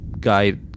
guide